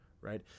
right